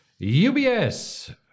UBS